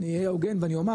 אני אהיה הוגן ואני אומר,